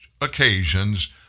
occasions